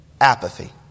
Apathy